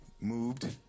moved